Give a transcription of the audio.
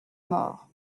mort